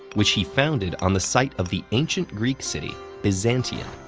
which he founded on the site of the ancient greek city byzantion.